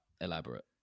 elaborate